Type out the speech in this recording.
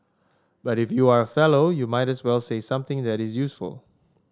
but if you are a fellow you might as well say something that is useful